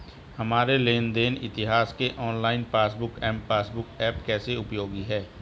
हमारे लेन देन इतिहास के online passbook M passbook app कैसे उपयोगी है?